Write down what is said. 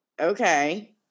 Okay